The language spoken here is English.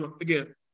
again